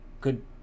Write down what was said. Good